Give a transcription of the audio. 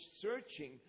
searching